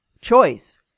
choice